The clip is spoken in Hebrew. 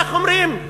איך אומרים,